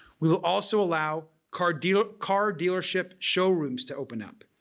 we will also allow car dealership car dealership showrooms to open up.